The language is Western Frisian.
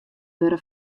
wurde